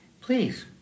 please